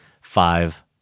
five